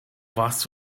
warst